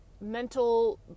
mental